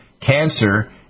cancer